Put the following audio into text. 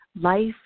life